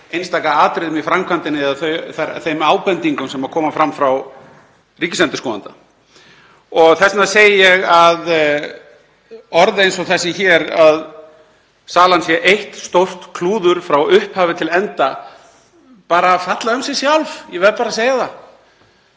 einstaka atriðum í framkvæmdinni eða þeim ábendingum sem koma fram frá ríkisendurskoðanda. Þess vegna segi ég að orð eins og þessi hér, að salan sé eitt stórt klúður frá upphafi til enda, falla um sig sjálf. Ég verð bara að segja það.